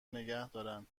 نگهدارن